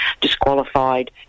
disqualified